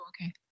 Okay